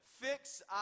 fix